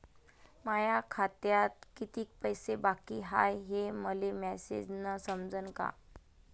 माया खात्यात कितीक पैसे बाकी हाय हे मले मॅसेजन समजनं का?